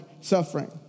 suffering